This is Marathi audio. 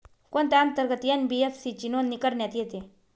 कोणत्या अंतर्गत एन.बी.एफ.सी ची नोंदणी करण्यात येते?